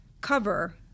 cover